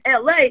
la